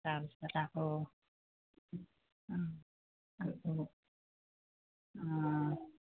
তাৰ পিছত আকৌ অঁ